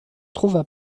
trouva